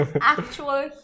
actual